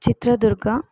Chitradurga